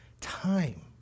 time